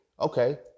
okay